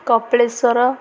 Kapileswar